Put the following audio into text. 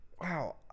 Wow